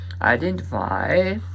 identify